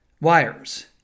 Wires